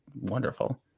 wonderful